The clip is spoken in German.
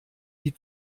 die